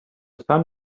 sun